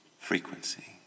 frequency